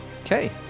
Okay